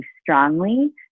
strongly